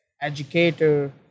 educator